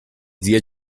zia